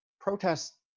Protests